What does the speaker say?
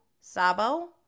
sabo